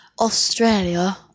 Australia